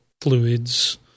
fluids